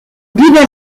divers